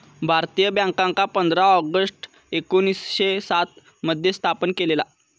भारतीय बॅन्कांका पंधरा ऑगस्ट एकोणीसशे सात मध्ये स्थापन केलेला